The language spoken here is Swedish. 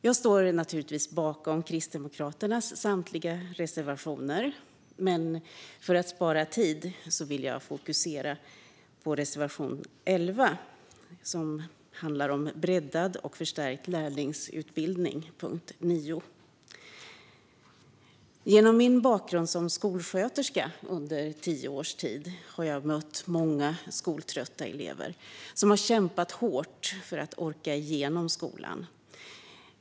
Jag står naturligtvis bakom Kristdemokraternas samtliga reservationer, men för att spara tid yrkar jag endast på reservation 11 punkt 9 om breddad och förstärkt lärlingsutbildning. Genom min bakgrund som skolsköterska under tio års tid har jag mött många skoltrötta elever som har kämpat hårt för att orka igenom skolan.